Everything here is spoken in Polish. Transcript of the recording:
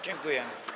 Dziękuję.